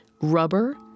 Rubber